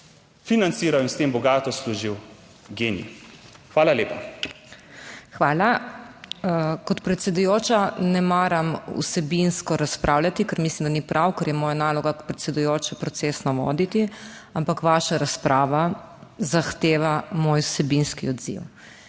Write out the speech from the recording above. financiral in s tem bogato služil GEN-I. Hvala lepa. **PODPREDSEDNICA MAG. MEIRA HOT:** Hvala. Kot predsedujoča, ne maram vsebinsko razpravljati, ker mislim, da ni prav, ker je moja naloga kot predsedujoče procesno voditi, ampak vaša razprava zahteva moj vsebinski odziv.